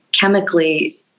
chemically